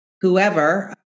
whoever